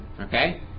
Okay